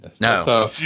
No